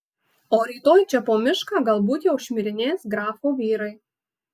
o rytoj čia po mišką galbūt jau šmirinės grafo vyrai